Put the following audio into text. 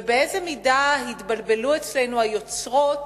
ובאיזה מידה התבלבלו אצלנו היוצרות